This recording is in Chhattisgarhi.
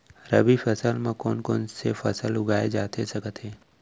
रबि फसल म कोन कोन से फसल उगाए जाथे सकत हे?